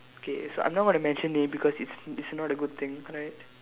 K so I'm not going to mention name because it's it's not a good thing correct